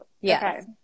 Yes